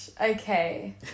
okay